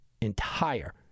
entire